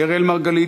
אראל מרגלית,